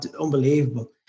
unbelievable